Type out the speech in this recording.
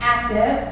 Active